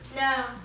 No